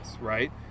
right